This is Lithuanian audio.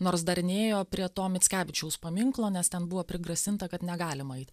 nors dar nėjo prie to mickevičiaus paminklo nes ten buvo prigrasinta kad negalima eit